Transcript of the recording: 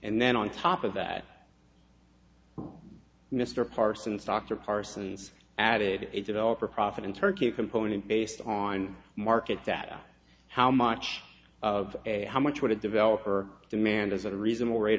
and then on top of that mr parsons dr parsons added a developer profit in turkey component based on market data how much of a how much would a developer demand is a reasonable rate